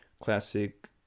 classic